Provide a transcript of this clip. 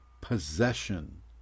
possession